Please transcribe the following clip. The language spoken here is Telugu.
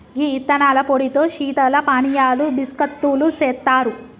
గీ యిత్తనాల పొడితో శీతల పానీయాలు బిస్కత్తులు సెత్తారు